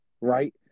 right